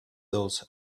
those